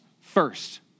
first